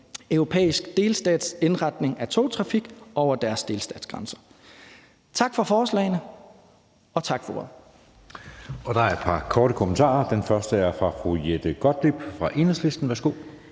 europæisk stats indretning af togtrafikken over deres delstatsgrænser. Tak for forslagene, og tak for ordet.